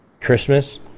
Christmas